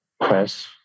press